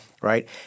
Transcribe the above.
Right